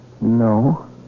No